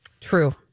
True